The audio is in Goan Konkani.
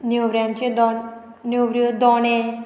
नेवऱ्यांचे दोण नेवऱ्यो दोणे